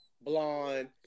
blonde